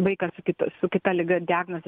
vaikas su kita liga diagnoze